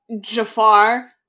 Jafar